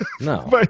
no